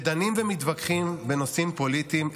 ודנים ומתווכחים בנושאים פוליטיים,